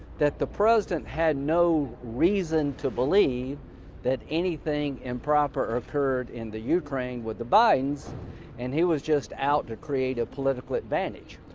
that the president had no reason to believe that anything improper occurred in the ukraine with the bidens and he was just out to create a political advantage.